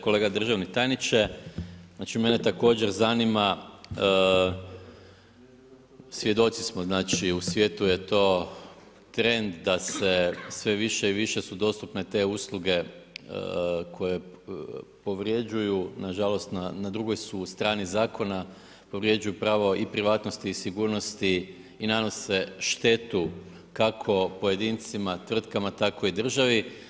Kolega državni tajniče, znači mene također zanima, svjedoci smo znači, u svijetu je to trend da se sve više su dostupne te usluge koje povrjeđuju nažalost, na drugoj su strani zakona, povrjeđuju pravo i privatnosti i sigurnosti i nanose štetu kako pojedincima, tvrtkama tako i državi.